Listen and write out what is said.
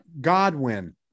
Godwin